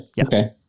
Okay